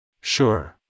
Sure